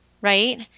right